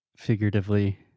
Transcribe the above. figuratively